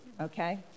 okay